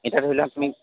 এতিয়া ধৰি লোৱা তুমি